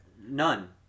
None